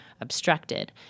obstructed